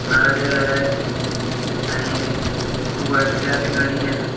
नारेल आहे ऐं चीकू आहे ॿिया भी घणई आहिनि